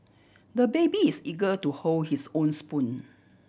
the baby is eager to hold his own spoon